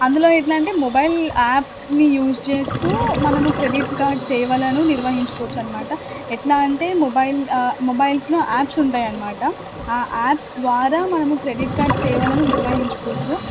అందులో ఎలా అంటే మొబైల్ యాప్ని యూజ్ చేస్తూ మనము క్రెడిట్ కార్డ్ సేవలను నిర్వహించుకోవచ్చు అన్నమాట ఎలా అంటే మొబైల్ మొబైల్స్లో యాప్స్ ఉంటాయి అన్నమాట ఆ యాప్స్ ద్వారా మనము క్రెడిట్ కార్డ్ సేవలను నిర్వహించుకోచ్చు